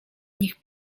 nich